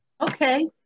Okay